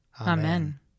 Amen